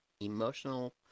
emotional